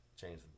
change